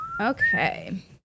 Okay